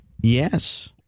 Yes